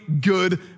good